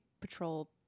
patrol